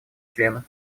членов